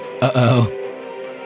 Uh-oh